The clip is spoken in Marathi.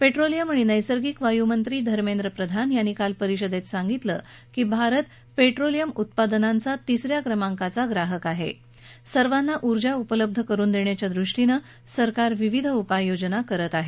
पेट्रोलियम आणि नैसर्गिक वायू मंत्री धर्मेद्र प्रधान यांनी काल परिषदेत सांगितलं की भारत पेट्रोलियम उत्पादनांचा तिसऱ्या क्रमांकाचा ग्राहक आहे सर्वाना ऊर्जा उपलब्ध करून देण्याच्या दृष्टीने सरकारनं विविध उपाय केले आहेत